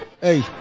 Hey